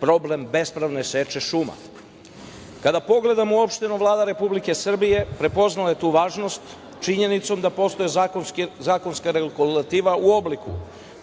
problem bespravne seče šuma. Kada pogledamo uopšteno Vlada Republike Srbije, prepoznala je tu važnost činjenicom da postoje zakonska regulativa u obliku